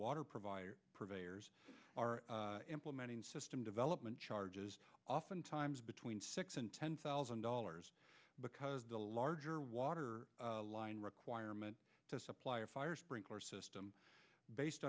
water provider purveyors are implementing system development charges often times between six and ten thousand dollars because the larger water line requirement to supply a fire sprinkler system based